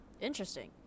interesting